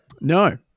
No